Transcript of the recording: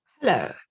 Hello